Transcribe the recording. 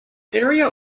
area